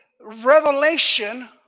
revelation